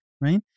right